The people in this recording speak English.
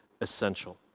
essential